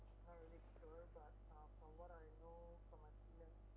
not really sure but um from what I know from my previous